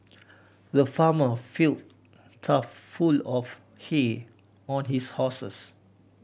the farmer filled trough full of hay on his horses